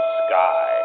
sky